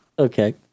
Okay